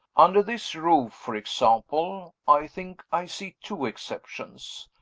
under this roof, for example, i think i see two exceptions.